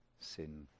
sin